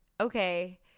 okay